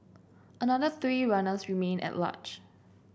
another three runners remain at large